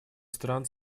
стран